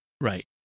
right